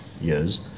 years